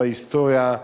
בהיסטוריה,